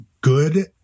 good